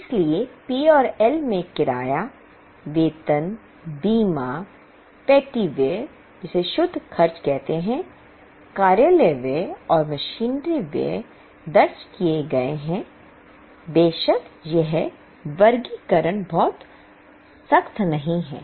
इसलिए P और L में किराया वेतन बीमा पेटी व्यय कार्यालय व्यय और मशीनरी व्यय दर्ज किए गए हैं बेशक यह वर्गीकरण बहुत सख्त नहीं है